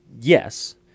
Yes